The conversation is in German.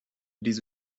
diese